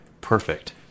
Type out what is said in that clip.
perfect